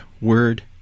word